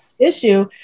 issue